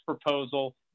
proposal